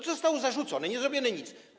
To zostało zarzucone, nie zrobiono nic.